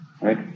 right